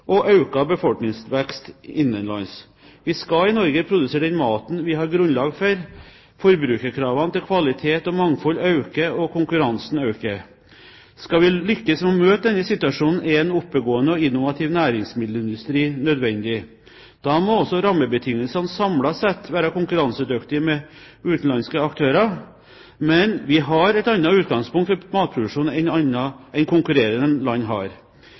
og økt befolkningsvekst innenlands. Vi skal i Norge produsere den maten vi har grunnlag for. Forbrukerkravene til kvalitet og mangfold øker, og konkurransen øker. Skal vi lykkes med å møte denne situasjonen, er en oppegående og innovativ næringsmiddelindustri nødvendig. Da må også rammebetingelsene samlet sett være konkurransedyktige i forhold til utenlandske aktører. Men vi har et annet utgangspunkt for matproduksjon enn konkurrerende land har.